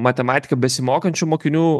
matematiką besimokančių mokinių